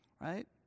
Right